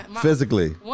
Physically